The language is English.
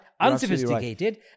unsophisticated